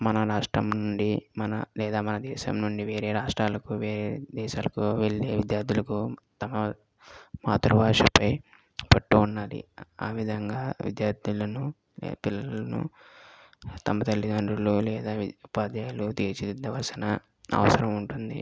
మన రాష్ట్రం నుండి మన లేదా మన దేశం నుండి వేరే రాష్ట్రాలకు వేరే దేశాలకు వెళ్ళే విద్యార్థులకు తమ మాతృభాషపై పట్టు ఉండాలి ఆ విధంగా విద్యార్థులను పిల్లలను తమ తల్లితండ్రులు లేదా ఉపాధ్యాయులు తీర్చి దిద్దవలసిన అవసరం ఉంటుంది